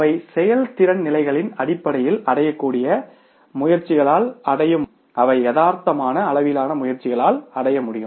அவை செயல்திறன் நிலைகளின் அடிப்படையில் அடையக்கூடிய தரங்களாக இருக்கின்றன அவை யதார்த்தமான அளவிலான முயற்சிகளால் அடைய முடியும் அவை யதார்த்தமான அளவிலான முயற்சிகளால் அடைய முடியும்